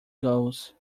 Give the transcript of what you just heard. goes